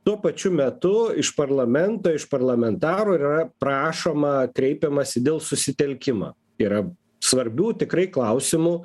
tuo pačiu metu iš parlamento iš parlamentarų yra prašoma kreipiamasi dėl susitelkimo yra svarbių tikrai klausimų